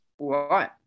Right